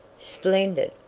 splendid!